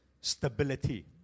stability